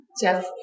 Jeff